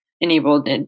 enabled